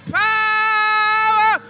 power